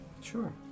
Sure